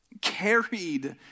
carried